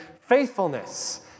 faithfulness